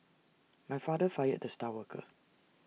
my father fired the star worker